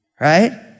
right